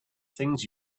things